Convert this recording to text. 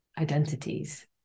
identities